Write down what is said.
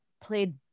played